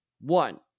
One